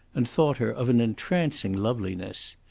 and thought her of an entrancing loveliness.